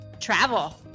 Travel